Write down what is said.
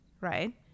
right